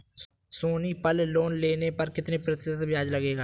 सोनी पल लोन लेने पर कितने प्रतिशत ब्याज लगेगा?